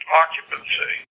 occupancy